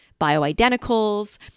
bioidenticals